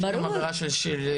יש גם עבירה של סחר,